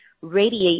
radiate